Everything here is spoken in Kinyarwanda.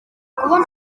kubona